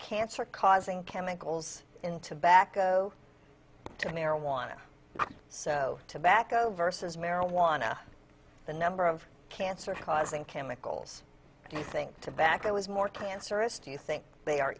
cancer causing chemicals into back go to marijuana so tobacco versus marijuana the number of cancer causing chemicals do you think tobacco was more cancerous do you think they are